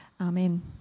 Amen